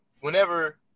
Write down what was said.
whenever